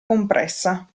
compressa